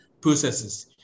processes